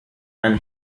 and